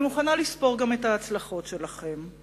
אני מוכנה גם לספור את ההצלחות שלכם,